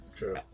true